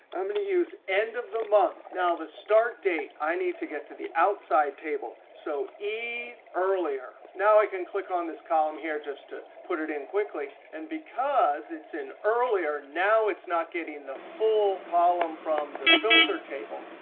i'm going to use end of the month. now, the start date, i need to get to the outside table. so e, earlier. now i can click on this column here just to put it in quickly. and because it's in earlier, now it's not getting the full column from the filter table.